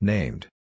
Named